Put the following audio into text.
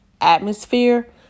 atmosphere